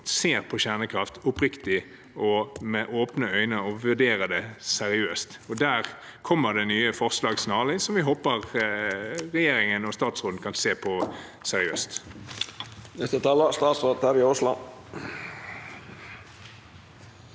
ser på kjernekraft oppriktig og med nye øyne og vurderer det seriøst. Det kom mer snarlig nye forslag som vi håper regjeringen og statsråden kan se på seriøst.